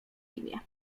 imię